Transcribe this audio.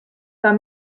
foar